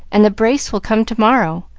and the brace will come to-morrow,